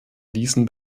diesen